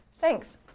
Thanks